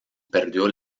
perdió